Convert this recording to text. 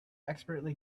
expertly